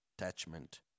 Attachment